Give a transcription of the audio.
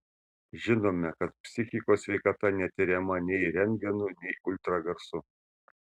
žinome kad psichikos sveikata netiriama nei rentgenu nei ultragarsu